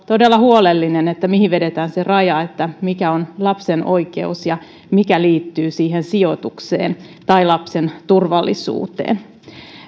todella huolellinen siinä mihin vedetään se raja mikä on lapsen oikeus ja mikä liittyy siihen sijoitukseen tai lapsen turvallisuuteen